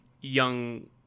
young